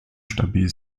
stabil